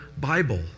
Bible